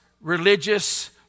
religious